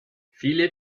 viele